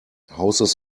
houses